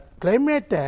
climate